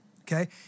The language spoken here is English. okay